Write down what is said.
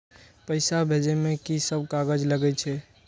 पैसा भेजे में की सब कागज लगे छै?